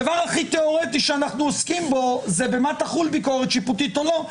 הדבר הכי תיאורטי שאנחנו עוסקים בו זה במה תחול ביקורת שיפוטית או לא,